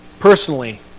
personally